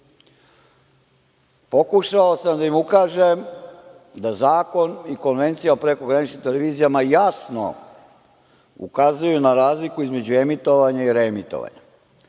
sam da im ukažem da Zakon i Konvencija o prekograničnim televizijama jasno ukazuju na razliku između emitovanja i reemitovanja,